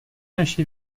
naše